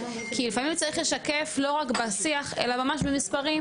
כי לפעמים צריך לשקף לא רק בשיח אלא ממש במספרים,